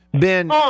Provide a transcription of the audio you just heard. Ben